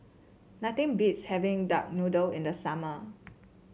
nothing beats having Duck Noodle in the summer